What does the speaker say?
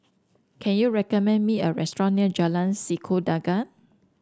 can you recommend me a restaurant near Jalan Sikudangan